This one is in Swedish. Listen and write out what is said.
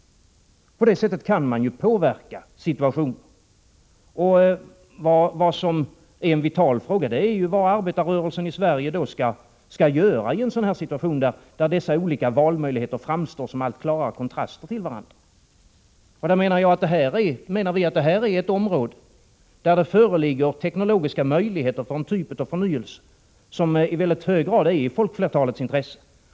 På det sättet kan man påverka situationen. Vad som är en vital fråga är vad arbetarrörelsen i Sverige skall göra i en sådan här situation, där dessa olika valmöjligheter framstår som allt klarare kontraster till varandra. Vi menar att detta är ett område där det föreligger teknologiska möjligheter för en typ av förnyelse som i mycket hög grad är i folkflertalets intresse.